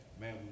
man